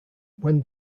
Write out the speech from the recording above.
when